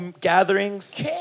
gatherings